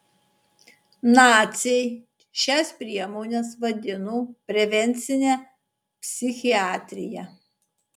naciai šias priemones vadino prevencine psichiatrija